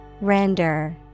Render